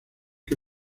que